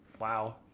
Wow